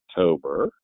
October